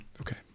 okay